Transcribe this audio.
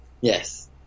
Yes